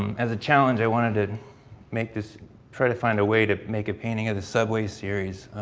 um as a challenge, i wanted to make this try to find a way to make a painting of the subway series.